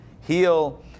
Heal